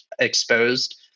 exposed